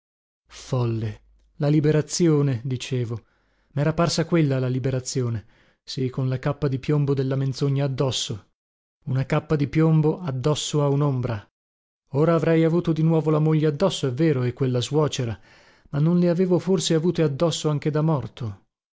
folle la liberazione dicevo mera parsa quella la liberazione sì con la cappa di piombo della menzogna addosso una cappa di piombo addosso a unombra ora avrei avuto di nuovo la moglie addosso è vero e quella suocera ma non le avevo forse avute addosso anche da morto